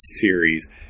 series